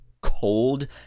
cold